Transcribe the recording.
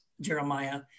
Jeremiah